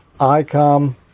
Icom